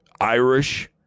Irish